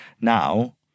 now